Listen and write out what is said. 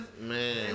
Man